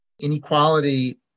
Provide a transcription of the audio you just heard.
inequality